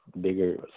bigger